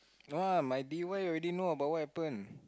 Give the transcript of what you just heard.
[wah] my d_y already know about what happen